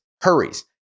hurries